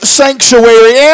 sanctuary